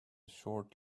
short